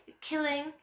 Killing